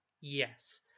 Yes